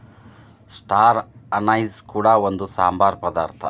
star anise ಕೂಡ ಒಂದು ಸಾಂಬಾರ ಪದಾರ್ಥ